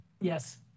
Yes